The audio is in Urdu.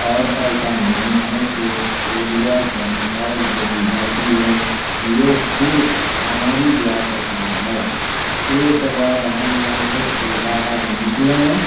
اور ایسا نہیں ہے کہ اڑیہ کہیں اور بولی جاتی ہے یہ صرف ہماری ریاست میں ہے ایک بار ہم ریاست سے باہر نکلیں